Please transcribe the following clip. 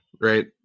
right